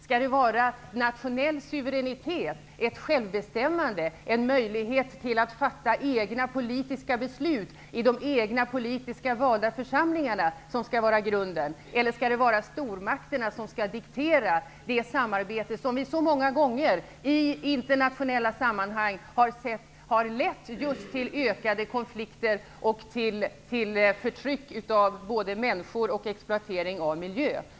Är det nationell suveränitet, självbestämmande, en möjlighet till att fatta egna politiska beslut i de egna politiska valda församlingarna som skall vara grunden? Eller skall stormakterna diktera samarbetet, vilket så många gånger i internationella sammanhang har lett just till ökade konflikter och till både förtryck av människor och exploatering av miljön?